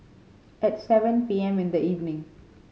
at seven P M in the evening